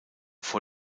vor